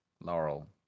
Laurel